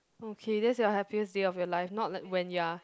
okay that's your happiest day of your life not like when you are